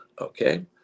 okay